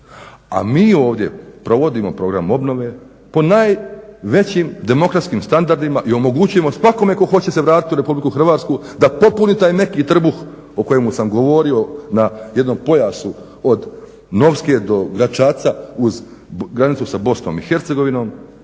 A mi ovdje provodimo program obnove po najvećim demokratskim standardima i omogućujemo svakome tko hoće se vratiti u RH da popuni taj neki trbuh o kojemu sam govorio na jednom pojasu od Novske do Gračaca uz granicu sa BiH neću